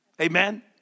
Amen